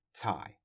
tie